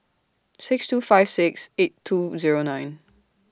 six two five six eight two Zero nine